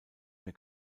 mehr